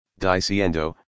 diciendo